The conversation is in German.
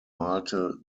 malte